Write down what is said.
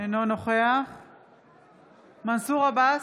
אינו נוכח מנסור עבאס,